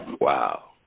Wow